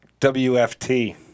WFT